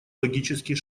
логический